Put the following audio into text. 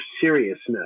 seriousness